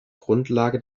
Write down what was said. grundlage